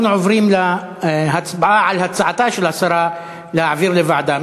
אנחנו עוברים להצבעה על הצעתה של השרה להעביר לוועדה.